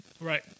Right